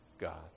God